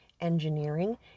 engineering